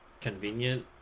convenient